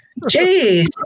Jeez